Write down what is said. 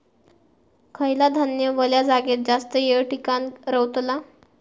खयला धान्य वल्या जागेत जास्त येळ टिकान रवतला?